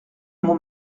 mon